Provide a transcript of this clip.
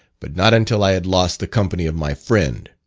but not until i had lost the company of my friend.